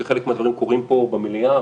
כי חלק מהדברים קורים פה במליאה,